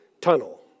tunnel